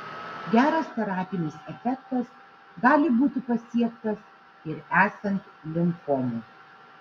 geras terapinis efektas gali būti pasiektas ir esant limfomų